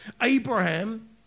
Abraham